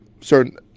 certain